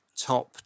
Top